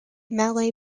malay